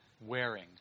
wearing